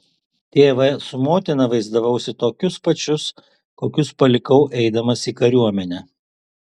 tėvą su motina vaizdavausi tokius pačius kokius palikau eidamas į kariuomenę